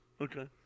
okay